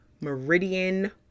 meridian